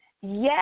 Yes